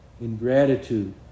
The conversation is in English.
ingratitude